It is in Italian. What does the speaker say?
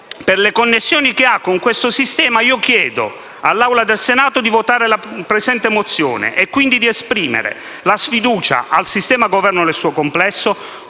per le connessioni che ha con detto sistema, chiedo all'Assemblea del Senato di votare la presente mozione ed esprimere quindi la sfiducia al sistema Governo nel suo complesso,